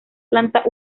planta